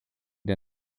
der